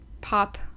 pop